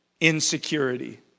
Insecurity